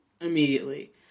immediately